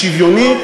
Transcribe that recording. השוויוני,